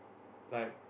like